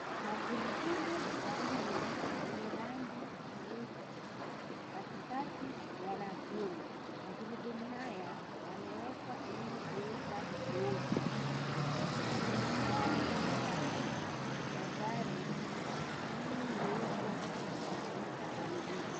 Magurudumu manne yenye rangi nyeusi katikati yana vyuma magurudumu haya yamewekwa ilikuweza kuoshwa magurudumu haya hutumika na gari ililiweze kusafirisha abiria.